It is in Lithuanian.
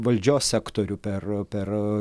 valdžios sektorių per per